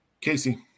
Casey